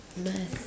math